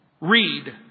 Read